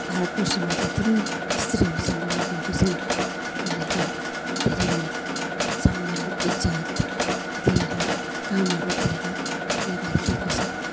भारतवर्षमा जति पनि स्त्रीहरू छन् नारीहरू छन् उनीहरूलाई धेरै नै सम्मान इज्जत दिएर कामहरू दिएर यहाँ राखिएको छ